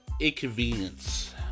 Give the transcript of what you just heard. inconvenience